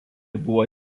buvo